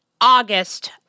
August